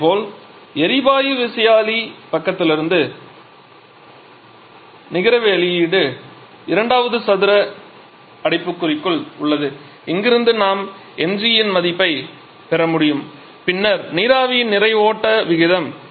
இதேபோல் எரிவாயு விசையாழி பக்கத்திலிருந்து நிகர வெளியீடு இரண்டாவது சதுர அடைப்புக்குறிக்குள் உள்ளது எங்கிருந்து நாம் ṁg இன் மதிப்பை பெற முடியும் பின்னர் நீராவியின் நிறை ஓட்ட விகிதம்